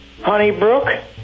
Honeybrook